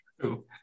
true